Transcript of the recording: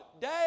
day